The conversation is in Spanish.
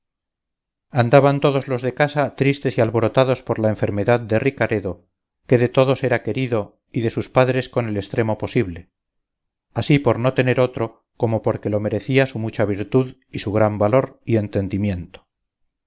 andaban todos los de casa tristes y alborotados por la enfermedad de ricaredo que de todos era querido y de sus padres con el extremo posible así por no tener otro como porque lo merecía su mucha virtud y su gran valor y entendimiento